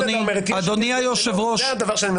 אדוני היושב רש,